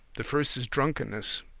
the first is drunkenness,